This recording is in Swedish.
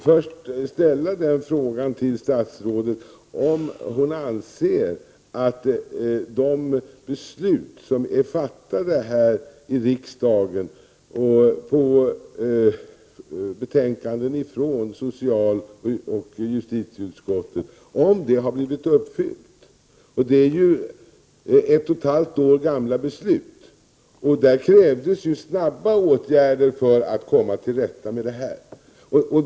Herr talman! Först vill jag fråga statsrådet om hon anser att de beslut som har fattats här i riksdagen på grundval av betänkanden från socialoch justitieutskottet har blivit uppfyllda. Besluten är ju ett och halvt år gamla, och i dem krävdes snabba åtgärder för att komma till rätta med problemen.